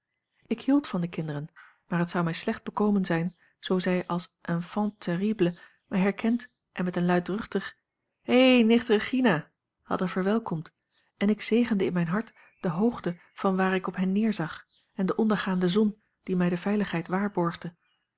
ik hield van de kinderen maar het zou mij slecht bekomen zijn zoo zij als enfants terribles mij herkend en met een luidruchtig hé nicht regina hadden verwelkomd en ik zegende in mijn hart de hoogte vanwaar ik op hen neerzag en de ondergaande zon die mij de veiligheid waarborgde